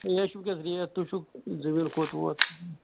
تیٚلہِ حظ چھِ ؤنکیٚنس ریٹ تُہۍ وُچھِو زٔمیٖن کوٚت ووٚت